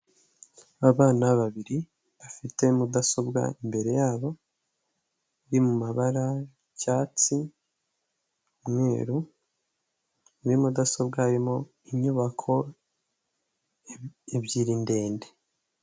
Abana babiri bafite mudasobwa imbere yabo, iri mumabara yicyatsi, umweru muri mudasobwa haririmo inyubako ebyiri ndende.